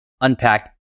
unpack